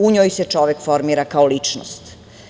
U njoj se čovek formira kao ličnost.